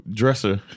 dresser